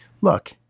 Look